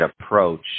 approach